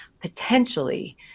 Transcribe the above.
potentially